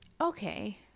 okay